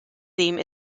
theme